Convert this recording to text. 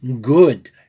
good